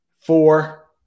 Four